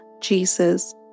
Jesus